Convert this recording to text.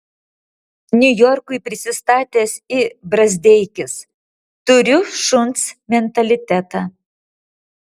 niujorkui prisistatęs i brazdeikis turiu šuns mentalitetą